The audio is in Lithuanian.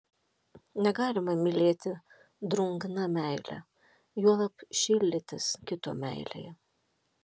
negalima mylėti drungna meile juolab šildytis kito meilėje